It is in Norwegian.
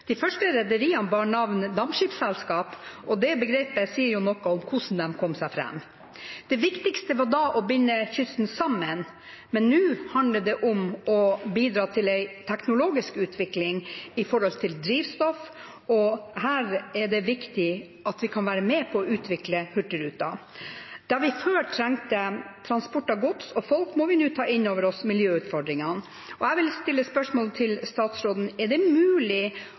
De første rederiene bar navnet «dampskibsselskap», og det begrepet sier jo noe om hvordan de kom seg fram. Det viktigste da var å binde kysten sammen, men nå handler det om å bidra til en teknologisk utvikling med hensyn til drivstoff. Her er det viktig at vi kan være med på å utvikle hurtigruta. Der vi før trengte transport av gods og folk, må vi nå ta inn over oss miljøutfordringene. Jeg vil stille spørsmål til statsråden: Er det mulig